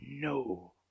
No